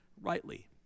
rightly